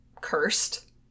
cursed